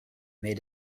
made